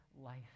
life